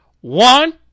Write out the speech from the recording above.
One